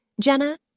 Jenna